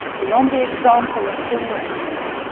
beyond the example of former ages.